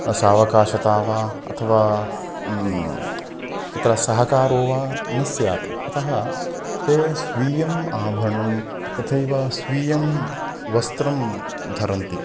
सावकाशता वा अथवा तत्र सहकारो वा न स्यात् अतः ते स्वीयम् आभरणं तथैव स्वीयं वस्त्रं धरन्ति